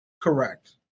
Correct